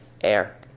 air